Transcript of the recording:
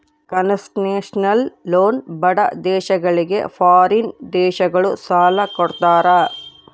concessional loan ಬಡ ದೇಶಗಳಿಗೆ foreign ದೇಶಗಳು ಸಾಲ ಕೊಡ್ತಾರ